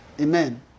Amen